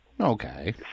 Okay